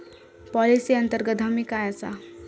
Policy अंतर्गत हमी काय आसा?